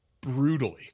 brutally